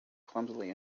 clumsily